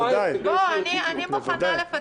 אני מחדש את